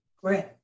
Great